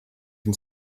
can